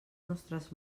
nostres